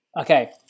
Okay